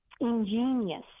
ingenious